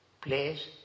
place